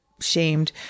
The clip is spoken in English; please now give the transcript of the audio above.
shamed